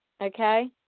Okay